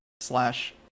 slash